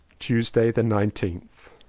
tuesday the nineteenth.